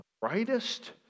brightest